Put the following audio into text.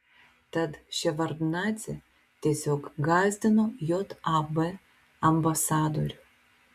tad ševardnadzė tiesiog gąsdino jav ambasadorių